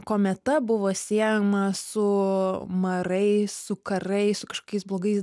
kometa buvo siejama su marais su karais su kažkokiais blogais